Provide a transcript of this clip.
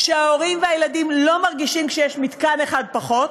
שההורים והילדים לא מרגישים כשיש מתקן אחד פחות,